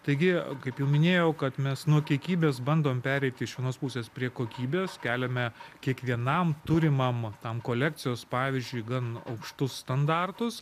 taigi kaip jau minėjau kad mes nuo kiekybės bandom pereiti iš vienos pusės prie kokybės keliame kiekvienam turimam tam kolekcijos pavyzdžiui gan aukštus standartus